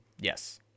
Yes